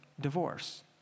divorce